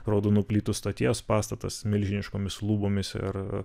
raudonų plytų stoties pastatas milžiniškomis lubomis ir